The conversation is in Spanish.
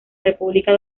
república